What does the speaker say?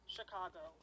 Chicago